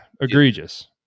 egregious